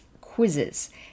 Quizzes